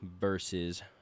versus